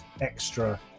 Extra